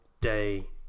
day